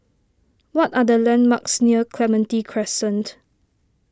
what are the landmarks near Clementi Crescent